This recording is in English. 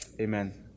Amen